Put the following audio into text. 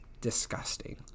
Disgusting